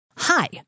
Hi